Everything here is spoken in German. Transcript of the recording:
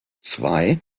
zwei